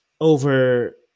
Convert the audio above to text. over